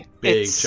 big